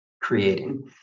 creating